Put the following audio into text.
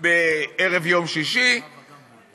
ביום שישי, בערב שבת.